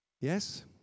Yes